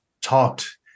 talked